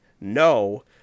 no